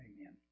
Amen